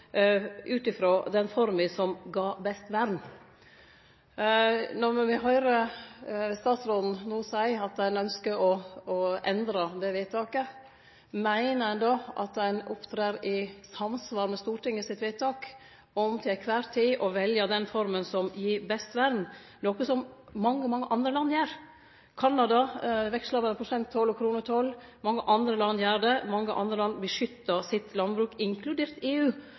ut ifrå den forma som gav best vern. Når me no høyrer statsråden seie at ein ynskjer å endre det vedtaket, meiner ein då at ein opptrer i samsvar med Stortinget sitt vedtak om til kvar tid å velje den forma som gir best vern – noko som mange andre land gjer? Canada vekslar mellom prosenttoll og kronetoll. Mange andre land gjer det. Mange andre land beskyttar sitt landbruk – inkludert EU,